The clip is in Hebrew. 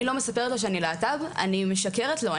לא מספרת לו שאני להט"ב אני משקרת לו,